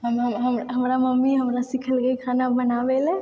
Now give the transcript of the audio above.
हम हम हमरा मम्मी हमरा सीखेलकै खाना बनाबै ले